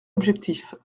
objectif